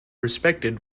respected